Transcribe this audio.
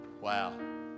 Wow